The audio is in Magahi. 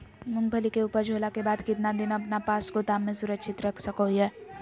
मूंगफली के ऊपज होला के बाद कितना दिन अपना पास गोदाम में सुरक्षित रख सको हीयय?